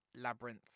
labyrinth